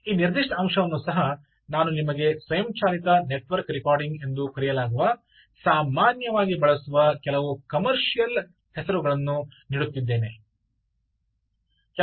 ಈ ನಿರ್ದಿಷ್ಟ ಅಂಶವನ್ನು ಸಹ ನಾನು ನಿಮಗೆ ಸ್ವಯಂಚಾಲಿತ ನೆಟ್ವರ್ಕ್ ರೆಕಾರ್ಡಿಂಗ್ ಎಂದು ಕರೆಯಲಾಗುವ ಸಾಮಾನ್ಯವಾಗಿ ಬಳಸುವ ಕೆಲವು ಕಮರ್ಷಿಯಲ್ ಹೆಸರುಗಳನ್ನು ನೀಡುತ್ತಿದ್ದೇನೆ